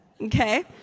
okay